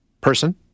person